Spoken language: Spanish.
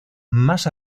más